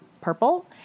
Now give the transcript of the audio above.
purple